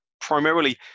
primarily